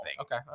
Okay